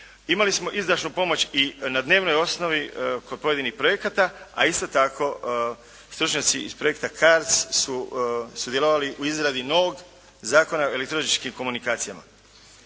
Imali smo izdašnu pomoć i na dnevnoj osnovi kod pojedinih projekata. A isto tako stručnjaci iz projekta CARDS su sudjelovali u izradi novog Zakona o elektroničkim komunikacijama.